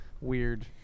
weird